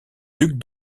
duc